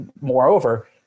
moreover